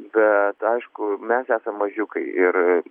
bet aišku mes esam mažiukai ir